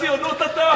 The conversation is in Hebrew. אתה ציונות אתה?